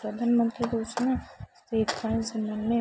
ପ୍ରଧାନମନ୍ତ୍ରୀ ସେଇଥି ପାଇଁ ସେମାନେ